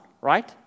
Right